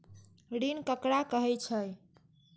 ऋण ककरा कहे छै?